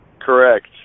correct